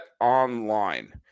Online